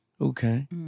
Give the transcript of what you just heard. Okay